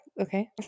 Okay